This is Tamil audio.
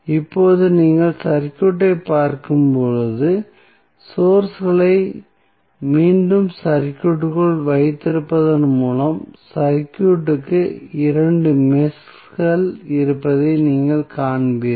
இப்போது நீங்கள் சர்க்யூட்டை பார்க்கும்போது சோர்ஸ்களை மீண்டும் சர்க்யூட்க்குள் வைத்திருப்பதன் மூலம் சர்க்யூட்க்கு 2 மெஷ்கள் இருப்பதை நீங்கள் காண்பீர்கள்